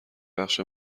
بخش